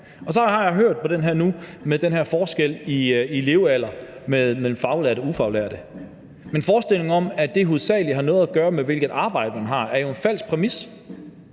Og så har jeg nu hørt på det med den her forskel i levealder mellem faglærte og ufaglærte, men forestillingen om, at det hovedsagelig har noget at gøre med, hvilket arbejde man har, er jo en falsk præmis.